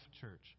church